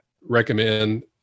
recommend